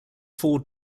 four